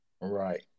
Right